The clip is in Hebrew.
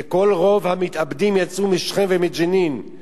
ורוב המתאבדים יצאו משכם ומג'נין,